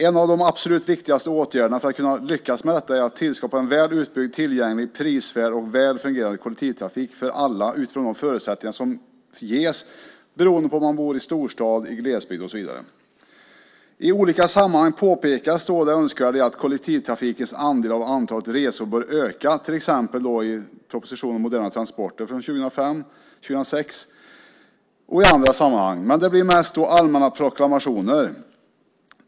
En av de absolut viktigaste åtgärderna för att kunna lyckas med detta är att tillskapa en väl utbyggd, tillgänglig, prisvärd och väl fungerande kollektivtrafik för alla utifrån de förutsättningar som ges beroende på var man bor - i storstad, i glesbygd och så vidare. I olika sammanhang pekas det på det önskvärda i att kollektivtrafikens andel av antalet resor bör öka. Det påpekas i propositionen Moderna transporter från 2005/06 och också i andra sammanhang. Men det blir mest allmänna proklamationer.